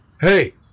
Hey